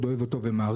מאוד אוהב ומעריך,